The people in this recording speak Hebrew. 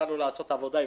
הזאת?